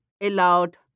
allowed